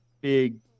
big